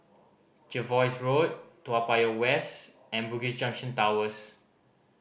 Jervois Road Toa Payoh West and Bugis Junction Towers